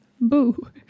boo